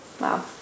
Wow